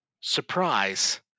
surprise